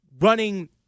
running –